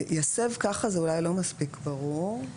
יסב, כך אולי זה לא מספיק ברור.